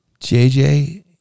jj